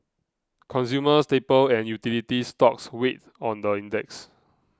consumer staple and utility stocks weighed on the index